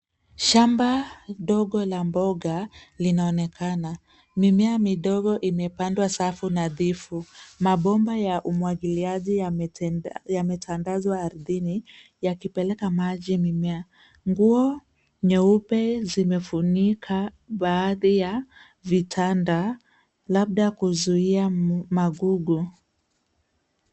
Shamba dogo la mboga linaonekana. Mimea midogo imepandwa safu nadhifu. Mabomba ya umwagiliaji yametandazwa ardhini yakipeleka maji mimea. Nguo nyeupe zimefunika baadhi ya vitanda labda kuzuia mavugu.